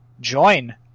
join